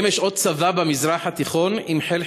האם יש עוד צבא במזרח התיכון עם חיל